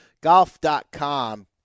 golf.com